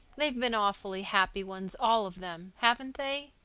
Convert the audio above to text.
they've been awfully happy ones, all of them, haven't they?